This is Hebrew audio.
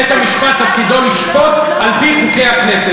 בית-המשפט תפקידו לשפוט על-פי חוקי הכנסת.